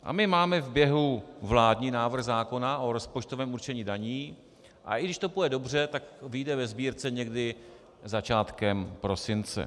A my máme v běhu vládní návrh zákona o rozpočtovém určení daní, a i když to půjde dobře, tak vyjde ve Sbírce někdy začátkem prosince.